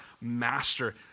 master